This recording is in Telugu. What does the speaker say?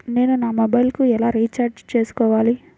నేను నా మొబైల్కు ఎలా రీఛార్జ్ చేసుకోవాలి?